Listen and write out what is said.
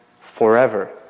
forever